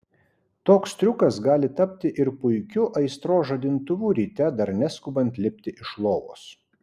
toks triukas gali tapti ir puikiu aistros žadintuvu ryte dar neskubant lipti iš lovos